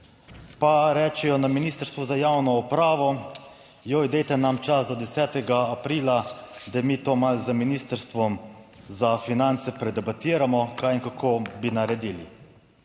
Pa rečejo na Ministrstvu za javno upravo, joj, dajte nam čas do 10. aprila, da mi to malo z Ministrstvom za finance predebatiramo, kaj in kako bi naredili,